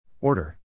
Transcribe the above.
Order